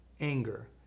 anger